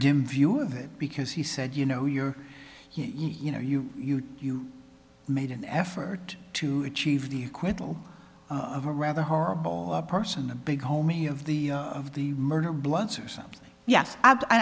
dim view of it because he said you know you're you know you you you made an effort to achieve the acquittal of a rather horrible person a big homie of the of the murder bloods or something yes i